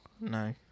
No